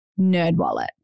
Nerdwallet